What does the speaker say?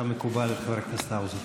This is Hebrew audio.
כמקובל, את חבר הכנסת האוזר.